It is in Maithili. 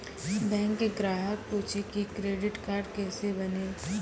बैंक ग्राहक पुछी की क्रेडिट कार्ड केसे बनेल?